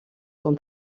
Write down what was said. son